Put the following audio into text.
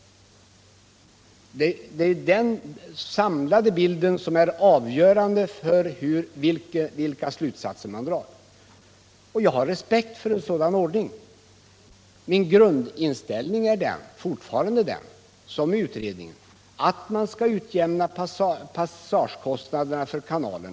Det är den samlade bilden som är avgörande för vilka slutsatser. man kan dra. Jag har respekt för en sådan ordning. Min grundinställning Nytt system för de är fortfarande densamma som utredningens, nämligen att man skall ut = statliga sjöfartsavjämna kanalernas passagekostnader.